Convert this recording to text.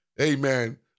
Amen